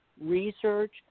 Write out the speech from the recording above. research